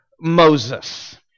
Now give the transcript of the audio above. Moses